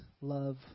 love